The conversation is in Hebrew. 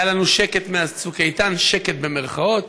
היה לנו שקט מאז צוק איתן, שקט במירכאות,